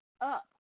up